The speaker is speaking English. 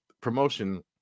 promotion